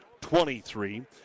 23